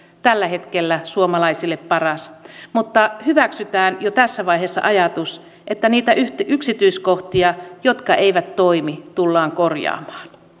tällä hetkellä suomalaisille paras mutta hyväksytään jo tässä vaiheessa ajatus että niitä yksityiskohtia jotka eivät toimi tullaan korjaamaan